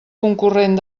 concurrent